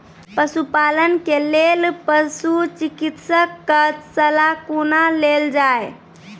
पशुपालन के लेल पशुचिकित्शक कऽ सलाह कुना लेल जाय?